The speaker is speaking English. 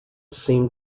seem